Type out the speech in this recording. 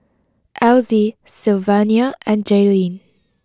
Elzy Sylvania and Jayleen